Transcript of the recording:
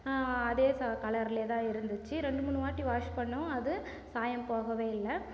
அதே சா கலரில் தான் இருந்துச்சு ரெண்டு மூணு வாட்டி வாஷ் பண்ணோம் அது சாயம் போகவே இல்லை